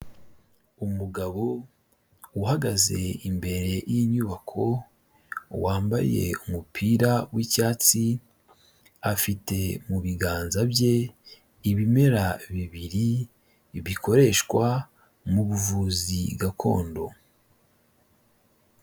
Umugabo uhagaze imbere y'inyubako, wambaye umupira w'icyatsi, afite mu biganza bye, ibimera bibiri, bikoreshwa mu buvuzi gakondo.